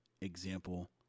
example